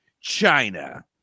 China